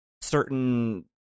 certain